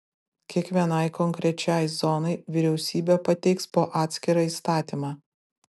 kiekvienai konkrečiai zonai vyriausybė pateiks po atskirą įstatymą